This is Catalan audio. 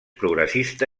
progressista